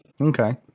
Okay